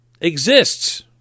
exists